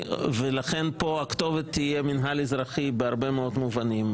ולכן פה הכתובת תהיה מינהל אזרחי בהרבה מאוד מובנים,